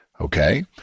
Okay